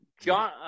John